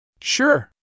Sure